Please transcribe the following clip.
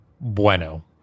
bueno